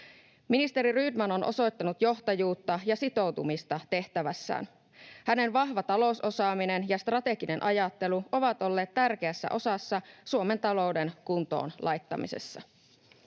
Ministeri Rydman on osoittanut johtajuutta ja sitoutumista tehtävässään. Hänen vahva talousosaamisensa ja strateginen ajattelunsa ovat olleet tärkeässä osassa Suomen talouden kuntoon laittamisessa.